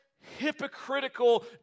hypocritical